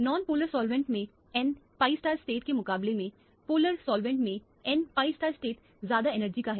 non polar solvent में n pi state के मुकाबले में पोलर सॉल्वेंट में n pi स्टेट ज्यादा एनर्जी का है